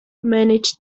manage